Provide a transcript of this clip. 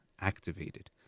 activated